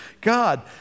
God